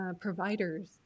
providers